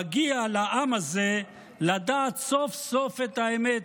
מגיע לעם הזה לדעת סוף-סוף את האמת.